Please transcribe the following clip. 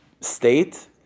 state